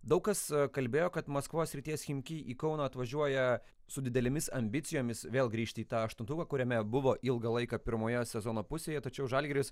daug kas kalbėjo kad maskvos srities chimki į kauną atvažiuoja su didelėmis ambicijomis vėl grįžti į tą aštuntuką kuriame buvo ilgą laiką pirmoje sezono pusėje tačiau žalgiris